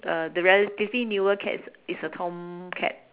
uh the relatively newer cat is a tomcat